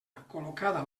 col·locada